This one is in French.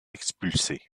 expulsés